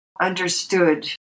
understood